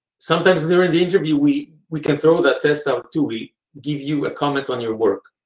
sometimes during the interview we we can throw that test out too. we give you a comment on your work.